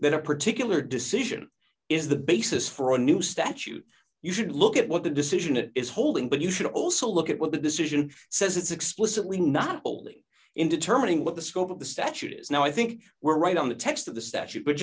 that a particular decision is the basis for a new statute you should look at what the decision it is holding but you should also look at what the decision says it's explicitly not holding in determining what the scope of the statute is now i think we're right on the text of the statute but